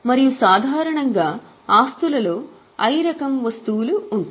మరియు సాధారణంగా ఆస్తులలో I రకం వస్తువులు ఉంటాయి